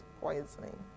poisoning